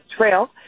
trail